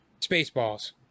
Spaceballs